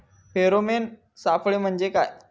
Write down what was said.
Pheromone सापळे म्हंजे काय?